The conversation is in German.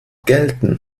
gelten